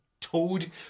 toad